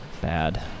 bad